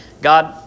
God